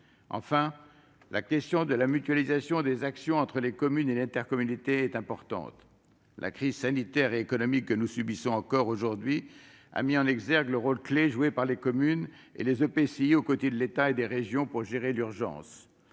Enfin, la question de la mutualisation des actions entre les communes et l'intercommunalité est importante. La crise sanitaire et économique que nous subissons encore aujourd'hui a mis en exergue le rôle clé joué par les communes et les EPCI, aux côtés de l'État et des régions, pour gérer l'urgence.